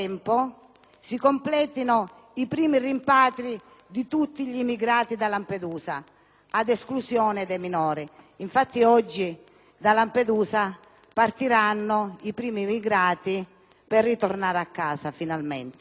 si completino i primi rimpatri da Lampedusa di tutti gli immigrati, ad esclusione dei minori. Infatti, oggi da Lampedusa partiranno i primi immigrati per ritornare a casa, finalmente.